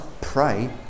pray